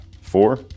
four